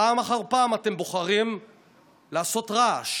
פעם אחר פעם אתם בוחרים לעשות רעש.